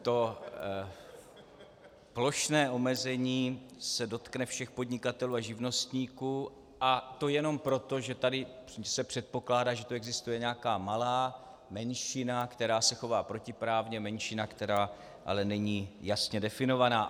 To plošné omezení se dotkne všech podnikatelů a živnostníků, a to jenom proto, že se předpokládá, že tu existuje nějaká malá menšina, která se chová protiprávně, menšina, která ale není jasně definovaná.